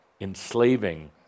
enslaving